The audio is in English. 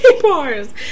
bars